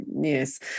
yes